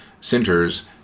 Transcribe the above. centers